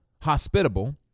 hospitable